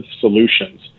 solutions